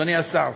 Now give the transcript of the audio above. אדוני השר,